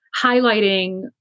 highlighting